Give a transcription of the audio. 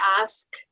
ask